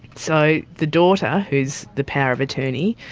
so the daughter, who is the power of attorney,